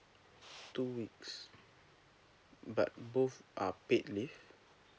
two weeks but both are paid leave